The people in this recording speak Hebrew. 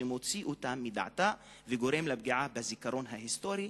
שמוציא אותה מדעתה וגורם לה פגיעה בזיכרון ההיסטורי